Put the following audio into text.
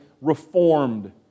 reformed